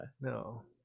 No